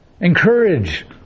encourage